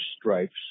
stripes